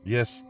Yes